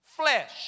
flesh